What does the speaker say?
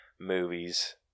movies